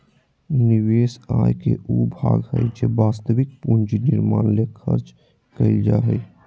निवेश आय के उ भाग हइ जे वास्तविक पूंजी निर्माण ले खर्च कइल जा हइ